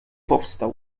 powstał